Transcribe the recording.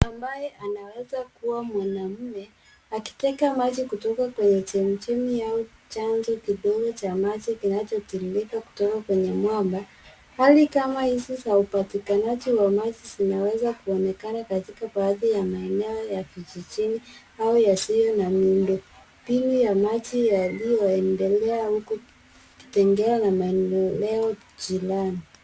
Mtu ambaye anaweza kuwa mwanamume, akiteka maji kutoka kwenye chemichemi au chanzo kidogo cha maji kinachotiririka kutoka kwenye mwamba, hali kama hizi za upatikanaji wa maji zinaweza kuonekana katika baadhi ya maeneo ya vijijini au yasiyo na muundo mbinu ya maji yaliyoendelea huku Kitengela na maeneo jirani.